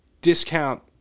discount